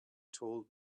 told